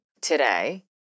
today